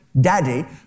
Daddy